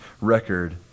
record